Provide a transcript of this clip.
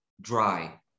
dry